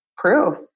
proof